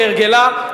כהרגלה,